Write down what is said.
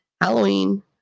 halloween